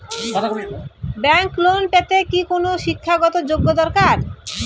Bank loan পেতে কি কোনো শিক্ষা গত যোগ্য দরকার?